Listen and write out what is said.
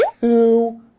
two